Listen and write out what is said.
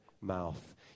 mouth